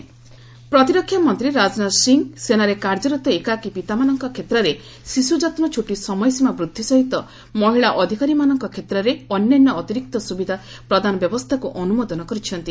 ରାଜନାଥ ସିସିଏଲ୍ ପ୍ରତିରକ୍ଷା ମନ୍ତ୍ରୀ ରାଜନାଥ ସିଂହ ସେନାରେ କାର୍ଯ୍ୟରତ ଏକାକୀ ପିତାମାନଙ୍କ କ୍ଷେତ୍ରରେ ଶିଶୁ ଯତ୍ନ ଛୁଟି ସମୟସୀମା ବୃଦ୍ଧି ସହିତ ମହିଳା ଅଧିକାରୀମାନଙ୍କ କ୍ଷେତ୍ରରେ ଅନ୍ୟାନ୍ୟ ଅତିରିକ୍ତ ସୁବିଧା ପ୍ରଦାନ ବ୍ୟବସ୍ଥାକୁ ଅନୁମୋଦନ କରିଛନ୍ତି